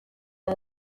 ngo